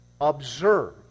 observe